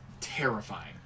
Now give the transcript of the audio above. terrifying